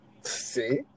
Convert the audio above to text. See